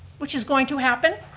which is going to happen.